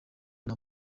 nta